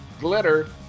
Glitter